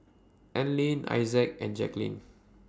Allene Issac and Jacklyn